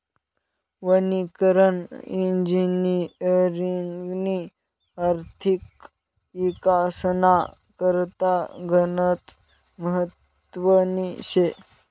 वनीकरण इजिनिअरिंगनी आर्थिक इकासना करता गनच महत्वनी शे